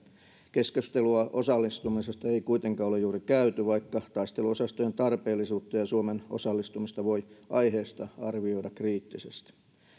keskustelua osallistumisesta ei kuitenkaan ole juuri käyty vaikka taisteluosastojen tarpeellisuutta ja suomen osallistumista voi aiheesta arvioida kriittisesti